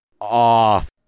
off